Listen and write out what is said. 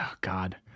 god